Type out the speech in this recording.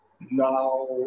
Now